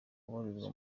ubarizwa